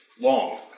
Long